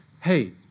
hey